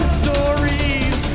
stories